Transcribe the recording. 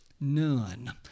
None